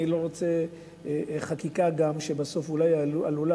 אני לא רוצה חקיקה שגם בסוף אולי עלולה